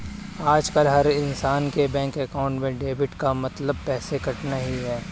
आजकल हर इन्सान के बैंक अकाउंट में डेबिट का मतलब पैसे कटना ही है